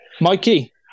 Mikey